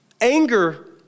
anger